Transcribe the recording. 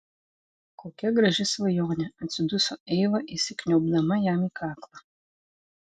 kokia graži svajonė atsiduso eiva įsikniaubdama jam į kaklą